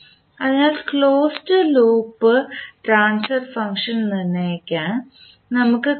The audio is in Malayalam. അതിനാൽ ക്ലോസ്ഡ് ലൂപ്പ് ട്രാൻസ്ഫർ ഫംഗ്ഷൻ നിർണ്ണയിക്കാൻ നമുക്ക് കഴിയും